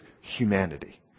humanity